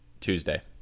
Tuesday